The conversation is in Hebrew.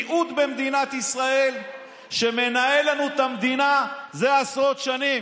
מיעוט במדינת ישראל שמנהל לנו את המדינה זה עשרות שנים,